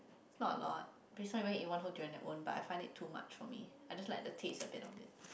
not a lot please eat one whole durian at one bite I find it too much for me I just like the taste a bit of it